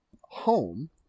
home